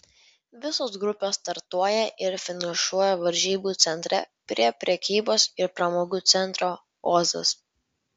visos grupės startuoja ir finišuoja varžybų centre prie prekybos ir pramogų centro ozas